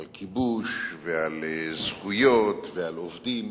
על כיבוש ועל זכויות ועל עובדים.